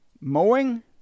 mowing